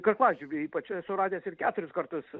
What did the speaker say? karklažvirbliai ypač esu radęs ir keturis kartus